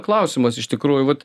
klausimas iš tikrųjų vat